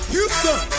Houston